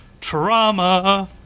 trauma